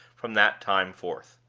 from that time forth.